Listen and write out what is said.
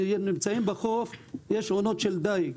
כך יש גם עונות של דיג.